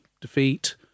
defeat